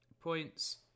points